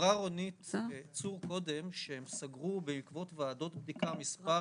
אמרה רונית צור קודם שהם סגרו בעקבות ועדות בדיקה מספר